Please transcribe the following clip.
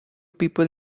people